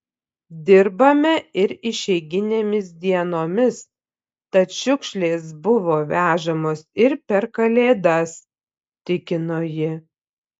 dirbame ir išeiginėmis dienomis tad šiukšlės buvo vežamos ir per kalėdas tikino ji